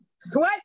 sweat